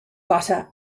butter